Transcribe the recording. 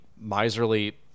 miserly